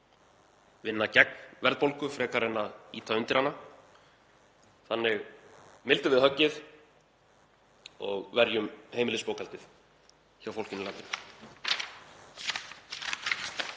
vinna gegn verðbólgu frekar en að ýta undir hana. Þannig mildum við höggið og verjum heimilisbókhaldið hjá fólkinu í